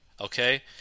Okay